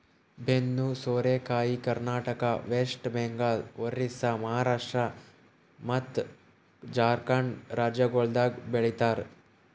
ಬೆನ್ನು ಸೋರೆಕಾಯಿ Karnataka, West Bengal, Orissa, Maharashtra ಮತ್ತ್ ಜಾರ್ಖಂಡ್ ರಾಜ್ಯಗೊಳ್ದಾಗ್ ಬೆ ಳಿತಾರ್